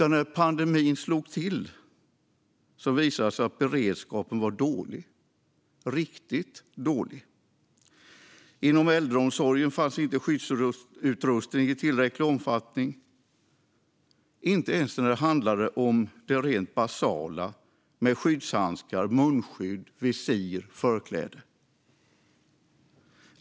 När pandemin slog till visade det sig att beredskapen var dålig, riktigt dålig. Inom äldreomsorgen fanns inte skyddsutrustning i tillräcklig omfattning, inte ens när det handlade om det rent basala som skyddshandskar, munskydd, visir och förkläden.